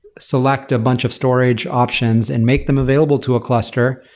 select a bunch of storage options and make them available to a cluster.